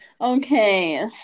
Okay